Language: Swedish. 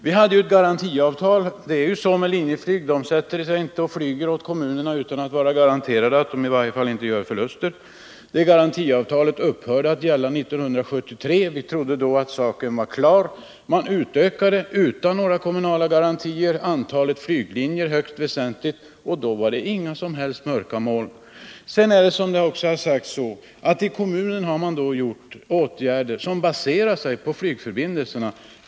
Vi hade också ett garantiavtal — det är ju så med Linjeflyg, att företaget inte sätter i gång att flyga utan att först ha fått garanti för att man i varje fall inte skall göra förluster — vilket upphörde att gälla 1973. Vi trodde då att saken var klar. Man utökade utan några kommunala garantier antalet flyglinjer högst väsentligt, och då var det inga som helst mörka moln. Sedan är det, som det också har sagts här, så att det i kommunen har vidtagits åtgärder som baserar sig på flygförbindelserna.